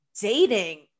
dating